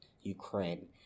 Ukraine